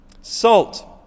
salt